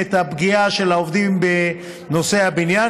את הפגיעה בעובדים בנושא הבניין.